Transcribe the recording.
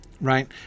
right